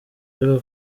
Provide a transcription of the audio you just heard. ariko